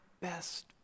best